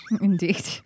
Indeed